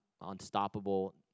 unstoppable